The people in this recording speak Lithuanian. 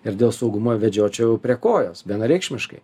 ir dėl saugumo vedžiočiau prie kojos vienareikšmiškai